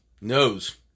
knows